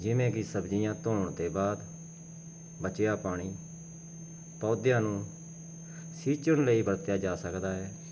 ਜਿਵੇਂ ਕਿ ਸਬਜ਼ੀਆਂ ਧੋਣ ਤੋਂ ਬਾਅਦ ਬਚਿਆ ਪਾਣੀ ਪੌਦਿਆਂ ਨੂੰ ਸਿੰਚਣ ਲਈ ਵਰਤਿਆ ਜਾ ਸਕਦਾ ਹੈ